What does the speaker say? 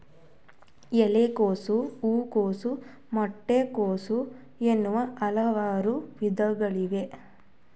ಎಲೆಕೋಸು, ಹೂಕೋಸು, ಮೊಟ್ಟೆ ಕೋಸು, ಅನ್ನೂ ಹಲವಾರು ವಿಧಗಳಿವೆ